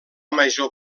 major